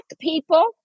people